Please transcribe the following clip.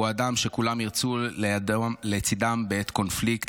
הוא אדם שכולם ירצו לצידם בעת קונפליקט,